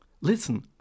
Listen